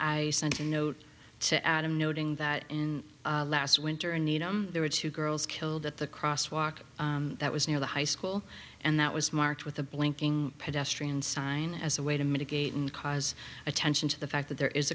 i sent a note to adam noting that in last winter in needham there were two girls killed at the crosswalk that was near the high school and that was marked with the blinking pedestrian sign as a way to mitigate and cause attention to the fact that there is